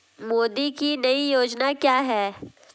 मोदी की नई योजना क्या है?